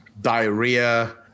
Diarrhea